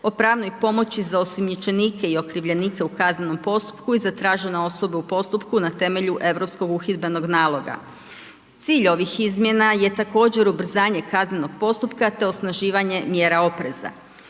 o pravnoj pomoći za osumnjičenike i okrivljenike u kaznenom postupku i zatražena osoba u postupku na temelju Europskog uhidbenog naloga. Cilj ovih izmjena je također ubrzanje kaznenog postupka te osnaživanje mjera opreza.